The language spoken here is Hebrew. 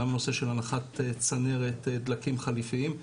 גם נושא של הנחת צנרת דלקים חליפיים,